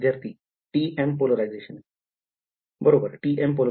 विधार्थी TM TM Polarization